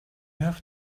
have